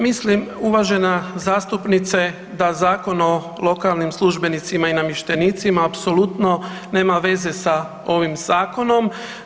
Mislim uvažena zastupnice da Zakon o lokalnim službenicima i namještenicima apsolutno nema veze sa ovim zakonom.